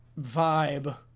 vibe